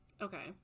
Okay